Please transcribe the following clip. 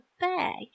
bag